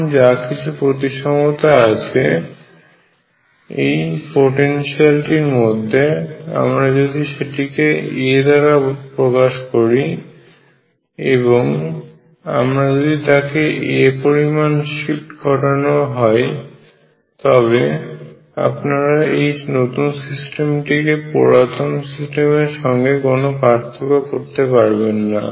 এখন যা কিছু প্রতিসমতা আছে এই পোটেনশিয়ালটির মধ্যে আমরা যদি সেটিকে a দ্বারা প্রকাশ করি এবং আমরা যদি তাকে a পরিমান শিফট করি তবে আপনারা এই নতুন সিস্টেমটিকে পুরাতন সিস্টেমের সঙ্গে কোনো পার্থক্য করতে পারবেন না